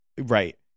right